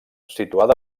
situada